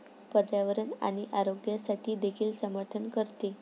पर्यावरण आणि आरोग्यासाठी देखील समर्थन करते